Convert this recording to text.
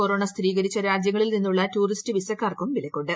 corona സ്ഥിരീകരിച്ച രാജ്യങ്ങളിൽ നിന്നുള്ള ടൂറിസ്റ്റ് വിസക്കാർക്കും വിലക്കുണ്ട്